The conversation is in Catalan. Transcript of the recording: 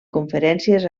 conferències